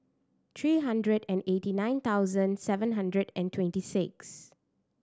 three hundred and eighty nine thousand seven hundred and twenty six